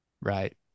Right